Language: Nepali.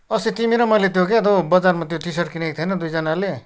अस्ति तिमी र मैले त्यो के त्यो बजारमा त्यो टि सर्ट किनेको थिएन दुईजनाले